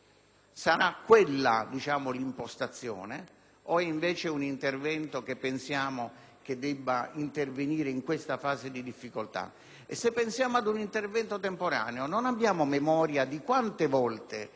Sarà quella l'impostazione o, invece, sarà un altro intervento che riteniamo debba arrivare in questa fase di difficoltà? E se pensiamo ad un intervento temporaneo, non abbiamo memoria di quante volte